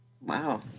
Wow